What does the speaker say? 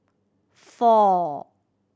four